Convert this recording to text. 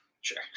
Sure